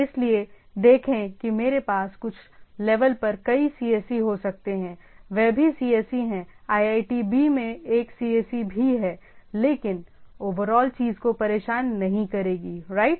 इसलिए देखें कि मेरे पास कुछ लेवल पर कई cse हो सकते हैं वे भी cse हैं iitb में एक cse भी है लेकिन ओवरऑल चीज़ को परेशान नहीं करेगी राइट